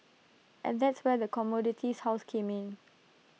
and that's where the commodities houses came in